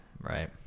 Right